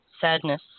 Sadness